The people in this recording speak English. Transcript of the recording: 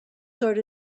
sort